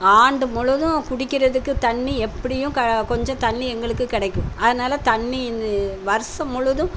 ஆண்டு முழுதும் குடிக்கிறதுக்கு தண்ணி எப்படியும் க கொஞ்சம் தண்ணி எங்களுக்கு கிடைக்கும் அதனால் தண்ணி வருஷம் முழுதும்